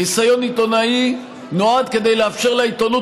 חיסיון עיתונאי נועד כדי לאפשר לעיתונות